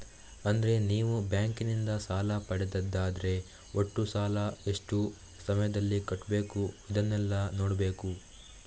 ಅಂದ್ರೆ ನೀವು ಬ್ಯಾಂಕಿನಿಂದ ಸಾಲ ಪಡೆದದ್ದಾದ್ರೆ ಒಟ್ಟು ಸಾಲ, ಎಷ್ಟು ಸಮಯದಲ್ಲಿ ಕಟ್ಬೇಕು ಇದನ್ನೆಲ್ಲಾ ನೋಡ್ಬೇಕು